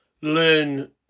learn